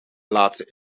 laatste